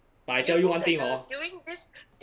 but I tell you one thing orh